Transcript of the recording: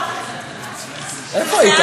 איפה היית?